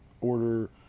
order